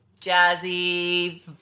jazzy